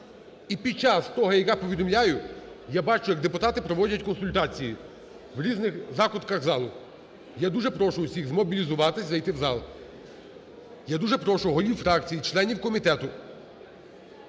І під час того, як я повідомляю, я бачу, як депутати проводять консультації в різних закутках залу. Я дуже прошу всіх змобілізуватись, зайти в зал. Я дуже прошу, голів фракцій, членів комітету